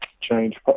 change